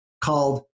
called